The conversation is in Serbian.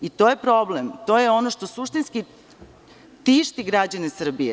I to je problem, to je ono što suštinski tišti građane Srbije.